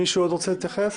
עוד מישהו רוצה להתייחס?